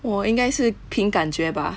我应该是凭感觉 bah